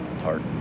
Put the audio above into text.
heart